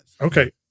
Okay